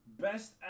Best